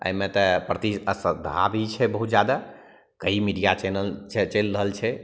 एहिमे तऽ प्रतिस्पर्धा भी छै बहुत जादा कएक मीडिआ चैनल चलि रहल छै